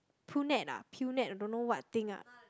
punnet ah punnet don't know what thing ah